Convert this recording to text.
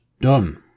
done